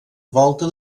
volta